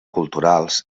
culturals